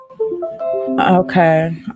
okay